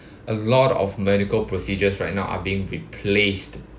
a lot of medical procedures right now are being replaced